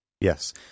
Yes